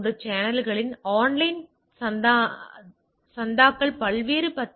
எனவே இந்த ப்ராக்ஸி விஷயங்களை நாம் என்ன செய்ய முடியும் என்பதற்கான வெவ்வேறு வழிமுறைகள் இவை